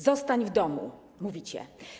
Zostań w domu - mówicie.